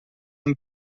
amb